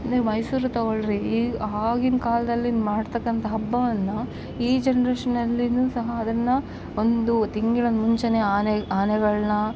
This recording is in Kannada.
ನೀವು ಮೈಸೂರು ತಗೊಳ್ರಿ ಈ ಆವಾಗಿನ ಕಾಲದಲ್ಲಿ ಮಾಡ್ತಕ್ಕಂಥ ಹಬ್ಬವನ್ನ ಈ ಜನ್ರೇಷನಲ್ಲಿನು ಸಹ ಅದನ್ನ ಒಂದು ತಿಂಗಳ ಮುಂಚೇನೆ ಆನೆ ಆನೆಗಳನ್ನ